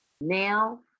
now